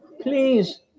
Please